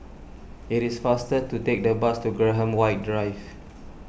it is faster to take the bus to Graham White Drive